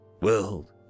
World